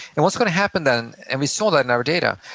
and what's gonna happen then, and we saw that in our data,